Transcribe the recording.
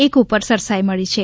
એક ઉપર સરસાઈ મળી છે